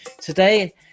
Today